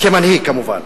כמנהיג כמובן.